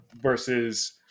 versus